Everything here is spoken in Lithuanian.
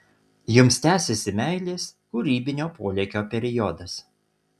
jums tęsiasi meilės kūrybinio polėkio periodas